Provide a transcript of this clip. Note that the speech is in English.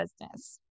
business